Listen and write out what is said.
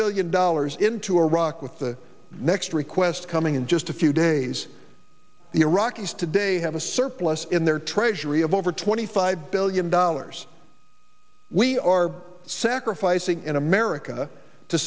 billion dollars into iraq with the next request coming in just a few days the iraqis today have a surplus in their treasury of over twenty five billion dollars we are sacrificing in america to